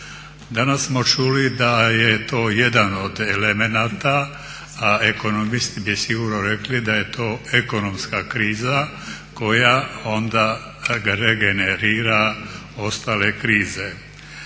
Danas smo čuli da je to jedan od elemenata a ekonomisti bi sigurno rekli da je to ekonomska kriza koja onda regenerira ostale krize.